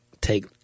take